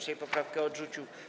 Sejm poprawkę odrzucił.